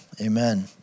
amen